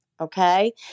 okay